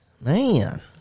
Man